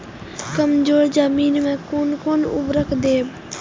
कमजोर जमीन में कोन कोन उर्वरक देब?